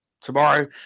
tomorrow